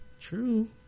true